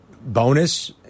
bonus